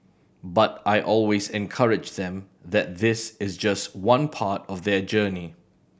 but I always encourage them that this is just one part of their journey